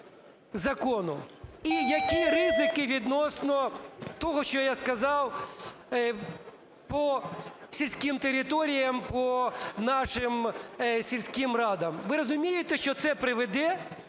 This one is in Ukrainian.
закону? І які ризики відносно того, що я сказав по сільських територіях, по нашим сільським радам? Ви розумієте, що це приведе